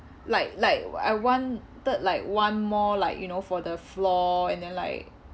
like like w~ I wanted like one more like you know for the floor and then like